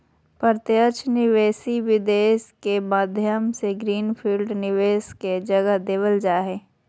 प्रत्यक्ष विदेशी निवेश के माध्यम से ग्रीन फील्ड निवेश के जगह देवल जा हय